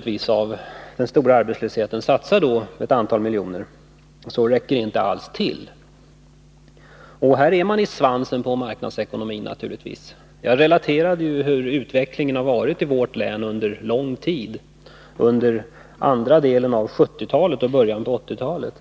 trycket av den stora arbetslösheten — satsar ett antal miljoner, så räcker det inte alls till. Här är man naturligtvis i svansen på marknadsekonomin. Jag relaterade hur utvecklingen har varit i vårt län under lång tid, under andra delen av 1970-talet och i början av 1980-talet.